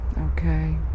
Okay